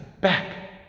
back